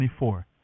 24